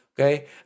okay